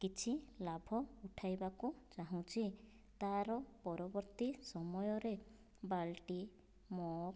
କିଛି ଲାଭ ଉଠାଇବାକୁ ଚାହୁଁଛି ତାର ପରବର୍ତ୍ତୀ ସମୟରେ ବାଲ୍ଟି ମଗ୍